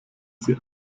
sie